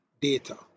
data